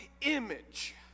image